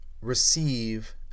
receive